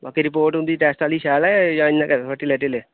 बाकी रिपोर्ट औंदी टैस्ट आह्ली शैल ऐ जां इ'यां गै थ्होड़े ढिल्ले ढिल्ले